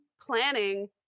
planning